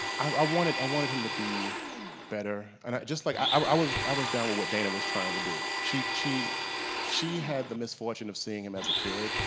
i wanted i wanted him to be better and just like i was i was down with what dana was trying to do. she she had the misfortune of seeing him as a kid.